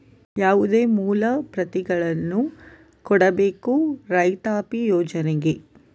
ಯಾವುದೆಲ್ಲ ಮೂಲ ಪ್ರತಿಗಳನ್ನು ಕೊಡಬೇಕು ರೈತಾಪಿ ಯೋಜನೆಗೆ?